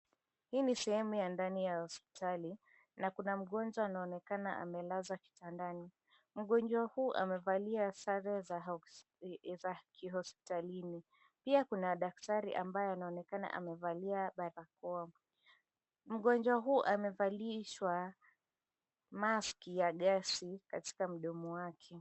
Hii ni sehemu ya ndani ya hospitali, na kuna mgonjwa anaonekana amelazwa kitandani. Mgonjwa huyu amevalia sare za kihospitalini. Pia kuna daktari ambaye anaonekana amevalia barakoa. Mgonjwa huyu amevalishwa maski ya gasi katika mdomo wake.